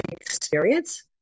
experience